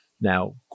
Now